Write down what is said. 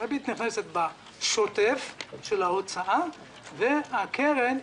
הריבית נכנסת בשוטף של ההוצאה והקרן משולמת.